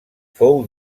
fou